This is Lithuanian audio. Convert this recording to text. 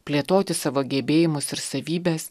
plėtoti savo gebėjimus ir savybes